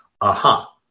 Aha